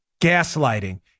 gaslighting